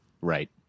right